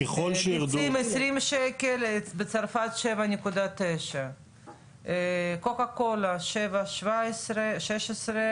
ביצים 20 שקל, בצרפת 7.9. קוקה קולה 7.16,